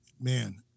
man